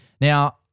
Now